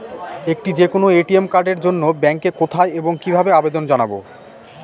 একটি যে কোনো এ.টি.এম কার্ডের জন্য ব্যাংকে কোথায় এবং কিভাবে আবেদন জানাব?